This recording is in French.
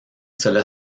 cela